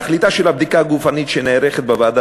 תכליתה של הבדיקה הגופנית שנערכת בוועדה